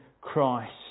Christ